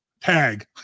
tag